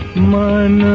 mind